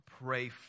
pray